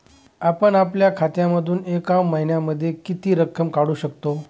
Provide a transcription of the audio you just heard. आपण आपल्या खात्यामधून एका महिन्यामधे किती रक्कम काढू शकतो?